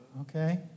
Okay